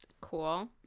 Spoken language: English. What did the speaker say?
cool